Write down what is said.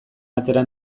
atera